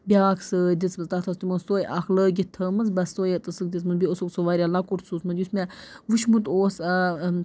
بیٛاکھ سۭتۍ دِژمٕژ تَتھ ٲس تِمو سۄے اَکھ لٲگِتھ تھٲومٕژ بَس سۄے یٲژ ٲسٕکھ دِژمٕژ بیٚیہِ اوسُکھ سُہ واریاہ لۄکُٹ سوٗزمُت یُس مےٚ وُچھمُت اوس